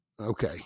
Okay